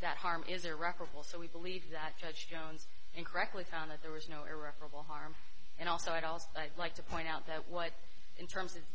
that harm is irreparable so we believe that judge jones incorrectly found that there was no irreparable harm and also i'd also like to point out that what in terms of